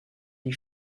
die